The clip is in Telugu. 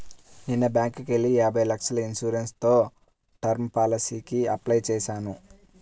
నిన్న బ్యేంకుకెళ్ళి యాభై లక్షల ఇన్సూరెన్స్ తో టర్మ్ పాలసీకి అప్లై చేశాను